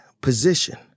position